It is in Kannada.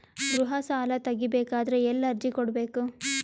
ಗೃಹ ಸಾಲಾ ತಗಿ ಬೇಕಾದರ ಎಲ್ಲಿ ಅರ್ಜಿ ಕೊಡಬೇಕು?